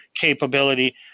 capability